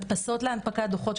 מדפסות להנפקת דוחות.